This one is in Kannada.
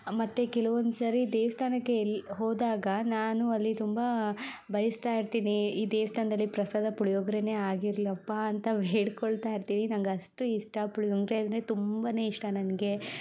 ಮತ್ತು ಕೆಲವೊಂದು ಸಾರಿ ದೇವಸ್ಥಾನಕ್ಕೆ ಎಲ್ಲಿ ಹೋದಾಗ ನಾನು ಅಲ್ಲಿ ತುಂಬ ಬಯಸ್ತಾ ಇರ್ತೀನಿ ಈ ದೇವಸ್ಥಾನದಲ್ಲಿ ಪ್ರಸಾದ ಪುಳಿಯೋಗರೆನೇ ಆಗಿರಲಪ್ಪ ಅಂತ ಬೇಡ್ಕೊಳ್ತಾ ಇರ್ತೀನಿ ನಂಗೆ ಅಷ್ಟು ಇಷ್ಟ ಪುಳಿಯೋಗರೆ ತುಂಬಾ ಇಷ್ಟ ನನಗೆ